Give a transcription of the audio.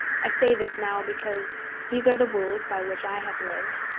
i say this now, because these are the rules by which i have lived,